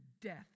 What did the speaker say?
death